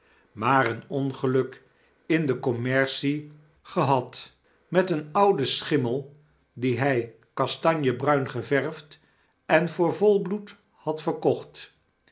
maar een ongeluk in de commercie gehad met een ouden schimmel dien hy kastanjebruin geverfd en voor volbloed had verkocht